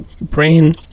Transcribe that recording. brain